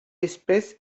espèce